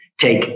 take